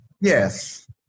Yes